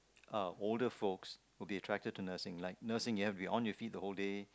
oh older folks would be attract to nursing like nursing you have to be on your feet the whole day